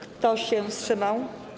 Kto się wstrzymał?